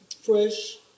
fresh